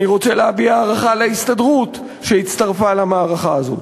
אני רוצה להביע הערכה להסתדרות שהצטרפה למערכה הזאת.